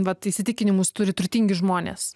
vat įsitikinimus turi turtingi žmonės